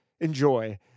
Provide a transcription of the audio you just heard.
Enjoy